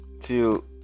till